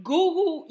Google